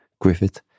Griffith